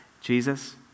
Jesus